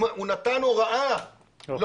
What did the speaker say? הוא נתן הוראה לא